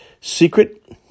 secret